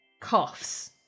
coughs